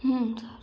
sir